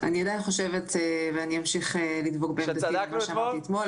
אני עדיין חושבת ואמשיך לדבוק במה שאמרתי אתמול,